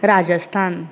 Rajasthan